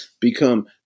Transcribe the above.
become